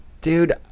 Dude